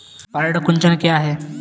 पर्ण कुंचन क्या है?